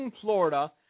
Florida